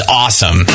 awesome